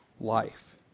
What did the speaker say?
life